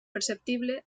perceptible